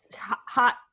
hot